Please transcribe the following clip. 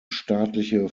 staatliche